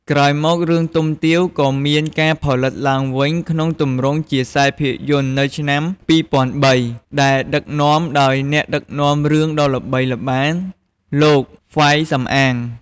ក្រោយមក រឿងទុំទាវ ក៏មានការផលិតឡើងវិញក្នុងទម្រង់ជាខ្សែភាពយន្តនៅ ឆ្នាំ ២០០៣ ដែលដឹកនាំដោយអ្នកដឹកនាំរឿងដ៏ល្បីល្បាញ លោក ហ្វៃ សំអាង។